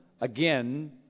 again